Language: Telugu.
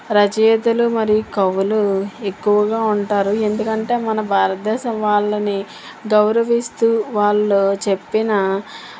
రచయితలు మరియు కవులు ఎక్కువగా ఉంటారు ఎందుకంటే మన భారతదేశం వాళ్ళని గౌరవిస్తూ వాళ్ళు చెప్పిన